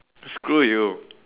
screw you